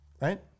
right